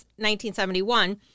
1971